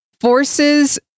Forces